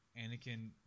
Anakin